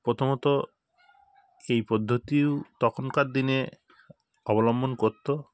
প্রথমত এই পদ্ধতিও তখনকার দিনে অবলম্বন করত